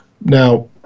Now